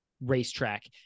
racetrack